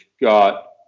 got